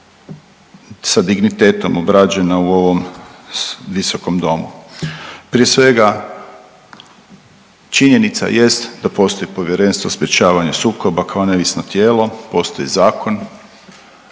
sa dignitetom obrađena u ovom visokom domu. Prije svega, činjenica jest da postoji Povjerenstvo za sprječavanje sukoba kao neovisno tijelo, postoji zakon,